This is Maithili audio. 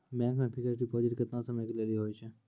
बैंक मे फिक्स्ड डिपॉजिट केतना समय के लेली होय छै?